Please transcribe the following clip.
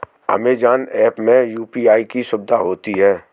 Amazon app में UPI की सुविधा होती है